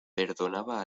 perdonaba